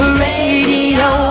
radio